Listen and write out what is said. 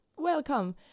Welcome